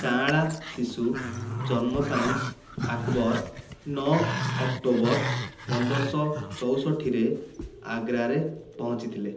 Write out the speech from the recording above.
ଜଁଳା ଶିଶୁ ଜନ୍ମ ପାଇଁ ଆକବର ନଅ ଅକ୍ଟୋବର ପନ୍ଦର ଶହ ଚଉଷଠିରେ ଆଗ୍ରାରେ ପହଞ୍ଚି ଥିଲେ